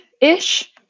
ish